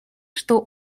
что